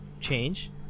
change